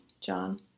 John